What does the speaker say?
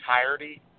entirety